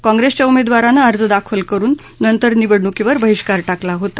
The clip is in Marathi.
काँग्रेसच्या उमेदवारानं अर्ज दाखल करुन नंतर निवडणुकीवर बहिष्कार टाकला होता